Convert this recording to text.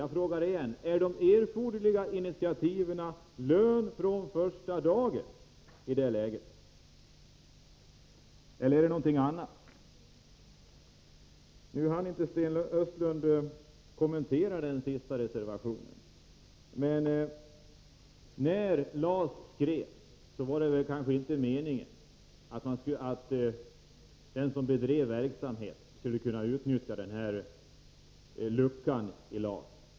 Jag frågar igen: Gäller de erforderliga initiativen lön från första dagen eller något annat? Sten Östlund hann inte kommentera den sista reservationen. Men jag vill säga: När LAS skrevs var det väl inte meningen att den som bedrev verksamhet skulle kunna utnyttja den här luckan i lagen.